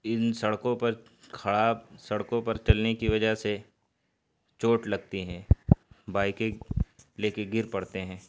ان سڑکوں پر خراب سڑکوں پر چلنے کی وجہ سے چوٹ لگتی ہیں بائکیں لے کے گر پڑتے ہیں